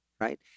right